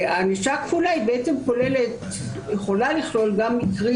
ענישה כפולה בעצם יכולה לכלול גם מקרים